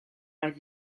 oedd